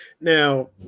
Now